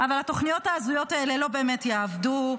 אבל התוכניות ההזויות האלה לא באמת יעבדו,